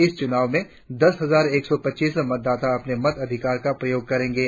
इस चुनाव में दस हजार एक सौ पच्चासी मतदाता अपने मताधिकार का प्रयोग करेंगे